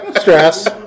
Stress